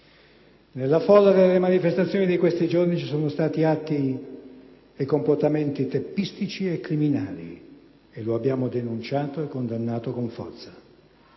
Nella folla delle manifestazioni di questi giorni ci sono stati atti e comportamenti teppistici e criminali, e lo abbiamo denunciato e condannato con forza.